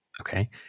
Okay